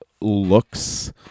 looks